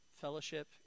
fellowship